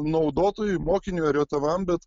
naudotojui mokiniui ar jo tėvam bet